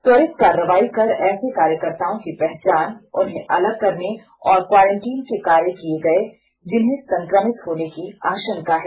त्वरित कार्रवाई कर ऐसे कार्यकर्ताओं की पहचान उन्हें अलग करने और क्वारेंटीन के कार्य किये गये जिनके संक्रमित होने की आशंका है